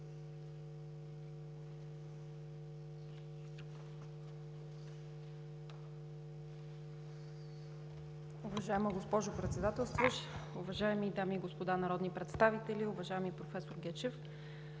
Уважаема госпожо Председателстващ, дами и господа народни представители! Уважаеми професор Гечев,